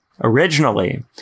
Originally